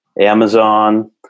Amazon